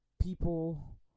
people